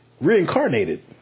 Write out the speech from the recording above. reincarnated